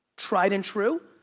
tried-and-true,